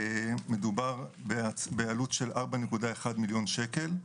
מדובר בעלות של 4.1 מיליון שקל,